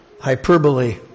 hyperbole